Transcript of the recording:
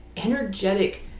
Energetic